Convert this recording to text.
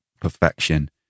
perfection